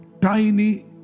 tiny